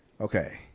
Okay